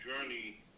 journey